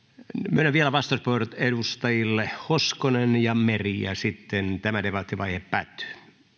myönnän vielä vastauspuheenvuorot edustajille hoskonen ja meri ja sitten tämä debattivaihe päättyy